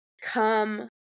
Come